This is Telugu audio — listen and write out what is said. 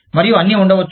మరియు అన్నీ ఉండొచ్చు